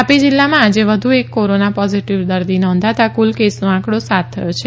તાપી જિલ્લામાં આજે વધુ એક કોરોના પોઝીટીવ દર્દી નોંધાતા કુલ કેસનો આંકડો સાત થયો છે